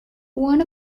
one